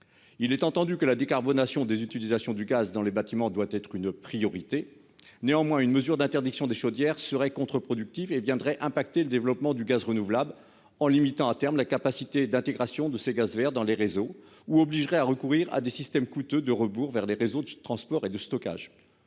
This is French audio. Il est entendu que la décarbonation des utilisations du gaz dans les bâtiments doit être une priorité. Néanmoins, une mesure d'interdiction des chaudières serait contre-productive et affecterait le développement du gaz renouvelable, en limitant à terme la capacité d'intégration de ces gaz verts dans les réseaux, ou obligerait à recourir à des systèmes coûteux de rebours vers les réseaux de transport et de stockage.